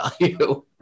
value